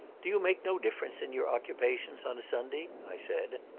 do you make no difference in your occupations on a sunday? i said.